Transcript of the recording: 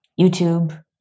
YouTube